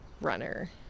runner